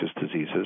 diseases